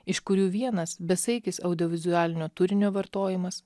iš kurių vienas besaikis audiovizualinio turinio vartojimas